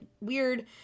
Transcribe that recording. weird